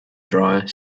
dryer